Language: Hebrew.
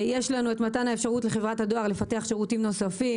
יש לנו את מתן האפשרות לחברת הדואר לפתח שירותים נוספים,